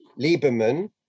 Lieberman